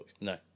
No